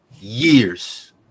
years